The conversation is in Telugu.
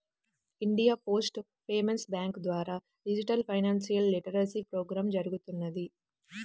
ఇండియా పోస్ట్ పేమెంట్స్ బ్యాంక్ ద్వారా డిజిటల్ ఫైనాన్షియల్ లిటరసీప్రోగ్రామ్ జరుగుతున్నది